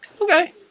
Okay